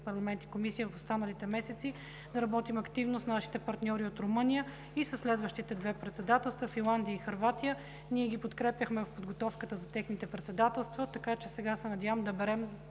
парламент и Комисия, в останалите месеци. Да работим активно с нашите партньори от Румъния и със следващите две председателства – Финландия и Хърватия. Ние ги подкрепяхме в подготовката за техните председателства и сега се надявам да берем